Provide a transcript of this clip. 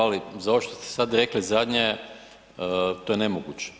Ali za ovo šta ste sad rekli zadnje, to je nemoguće.